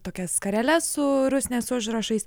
tokias skareles su rusnės užrašais